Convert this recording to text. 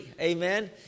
amen